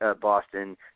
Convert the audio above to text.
Boston